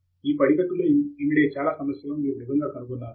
ఈ పడికట్టు లో ఇమిడే చాలా సమస్యలను మీరు నిజంగా కనుగొన్నారా